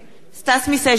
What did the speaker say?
סטס מיסז'ניקוב,